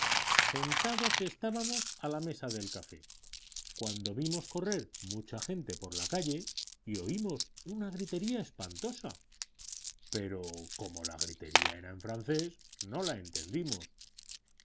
sentados estábamos a la mesa del café cuando vimos correr mucha gente por la calle y oímos una gritería espantosa pero como la gritería era en francés no la entendimos